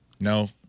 No